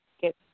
get